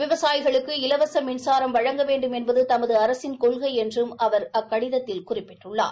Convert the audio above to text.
விவசாயிகளுக்கு இலவச மின்சாரம் வழங்க வேண்டும் என்பது தமது அரசின் கொள்கை என்றும் அவர் அக்கடிதத்தில் குறிப்பிட்டுள்ளார்